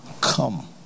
come